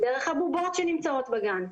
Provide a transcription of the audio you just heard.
דרך הבובות שנמצאות בגן,